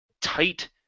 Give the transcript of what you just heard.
tight